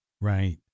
Right